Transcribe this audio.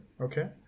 Okay